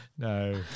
No